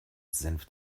senf